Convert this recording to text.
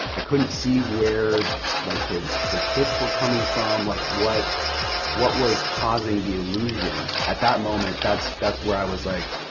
i couldn't see where like his his hits were coming from, like what what was causing the illusion. at that moment, that's that's where i was like,